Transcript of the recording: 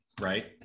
right